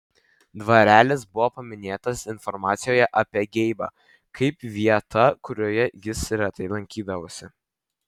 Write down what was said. dvarelis buvo paminėtas informacijoje apie geibą kaip vieta kurioje jis retai lankydavosi